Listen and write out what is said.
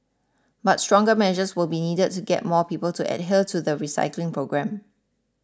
but stronger measures will be needed to get more people to adhere to the recycling program